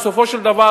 בסופו של דבר,